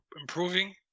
improving